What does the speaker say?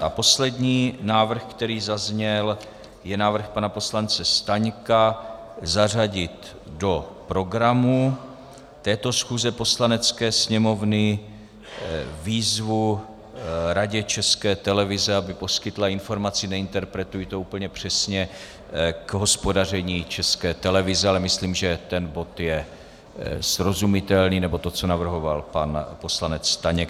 A poslední návrh, který zazněl, je návrh pana poslance Staňka zařadit do programu této schůze Poslanecké sněmovny výzvu Radě České televize, aby poskytla informaci neinterpretuji to úplně přesně k hospodaření České televize, ale myslím, že ten bod je srozumitelný, nebo to, co navrhoval pan poslanec Staněk.